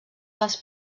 les